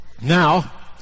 Now